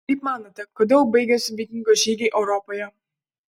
kaip manote kodėl baigėsi vikingų žygiai europoje